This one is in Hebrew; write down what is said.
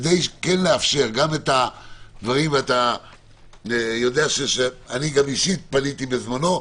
אתה יודע שאישית פניתי בזמנו,